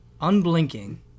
Unblinking